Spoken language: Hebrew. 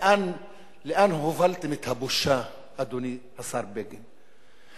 לאן הובלתם את הבושה, אדוני השר בגין?